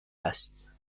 است